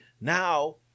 now